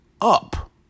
up